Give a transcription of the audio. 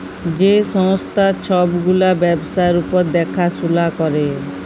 যে সংস্থা ছব গুলা ব্যবসার উপর দ্যাখাশুলা ক্যরে